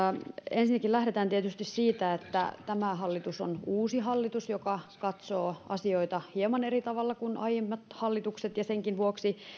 ensinnäkin lähdetään tietysti siitä että tämä hallitus on uusi hallitus joka katsoo asioita hieman eri tavalla kuin aiemmat hallitukset ja senkin vuoksi